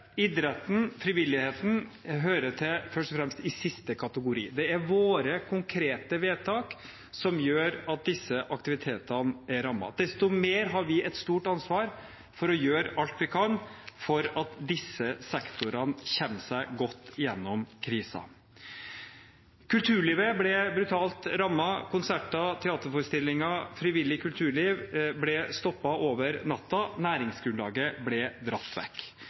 idretten, frivilligheten hører til først og fremst i siste kategori. Det er våre konkrete vedtak som gjør at disse aktivitetene er rammet. Desto mer har vi et stort ansvar for å gjøre alt vi kan for at disse sektorene kommer seg godt igjennom krisen. Kulturlivet ble brutalt rammet: Konserter, teaterforestillinger og frivillig kulturliv ble stoppet over natten, og næringsgrunnlaget ble dratt vekk.